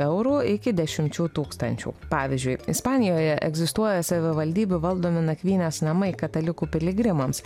eurų iki dešimčių tūkstančių pavyzdžiui ispanijoje egzistuoja savivaldybių valdomi nakvynės namai katalikų piligrimams